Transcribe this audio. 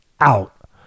out